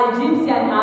Egyptian